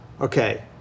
okay